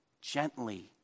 gently